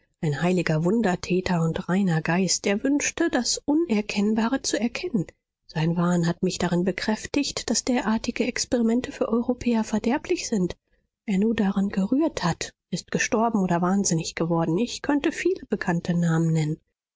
ein heiliger wundertäter und reiner geist er wünschte das unerkennbare zu erkennen sein wahn hat mich darin bekräftigt daß derartige experimente für europäer verderblich sind wer nur daran gerührt hat ist gestorben oder wahnsinnig geworden ich könnte viele bekannte namen nennen